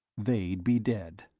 they'd be dead.